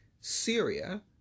syria